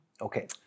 Okay